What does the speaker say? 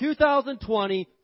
2020